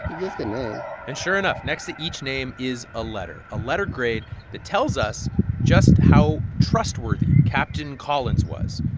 get get an a and sure enough next to each name is a letter, a letter grade that tells us just how trustworthy captain collins was.